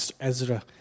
Ezra